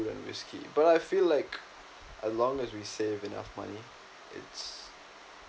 and whiskey but I feel like as long as we save enough money it's